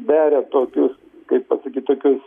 beria tokius kaip pasakyt tokius